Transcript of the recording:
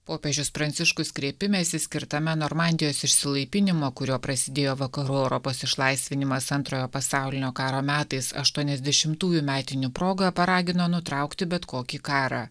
popiežius pranciškus kreipimesi skirtame normandijos išsilaipinimo kurio prasidėjo vakarų europos išlaisvinimas antrojo pasaulinio karo metais aštuoniasdešimtųjų metinių proga paragino nutraukti bet kokį karą